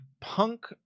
punk